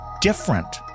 different